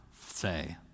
say